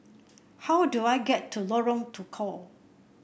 how do I get to Lorong Tukol